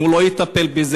אם הוא לא יטפל בזה,